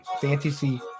Fantasy